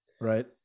right